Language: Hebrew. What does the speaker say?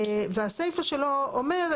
והסיפה שלו אומר,